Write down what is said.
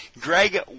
Greg